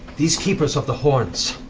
these keepers of the horns